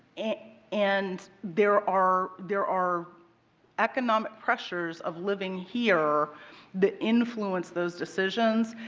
and there are there are economic pressures of living here that influence those decisions.